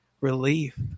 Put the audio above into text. relief